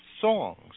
songs